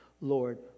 Lord